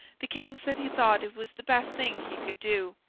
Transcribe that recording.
the king said he thought it was the best thing he could do.